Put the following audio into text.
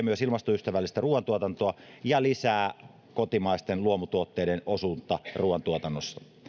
myös ilmastoystävällistä ruuantuotantoa ja lisää kotimaisten luomutuotteiden osuutta ruuantuotannossa